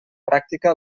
pràctica